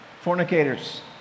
fornicators